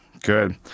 Good